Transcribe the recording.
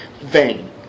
vein